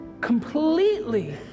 completely